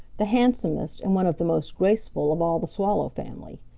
the handsomest and one of the most graceful of all the swallow family.